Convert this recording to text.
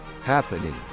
happening